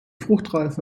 fruchtreife